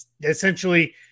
essentially